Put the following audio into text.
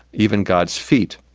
even god's feet.